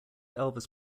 elvis